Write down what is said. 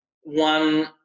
one